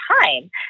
time